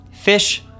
fish